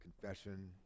confession